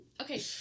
Okay